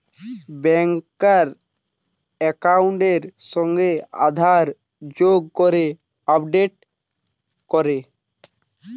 ব্যাংকার একাউন্টের সাথে আধার যোগ করে আপডেট করে